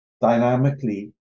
dynamically